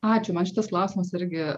ačiū man šitas klausimas irgi